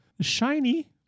Shiny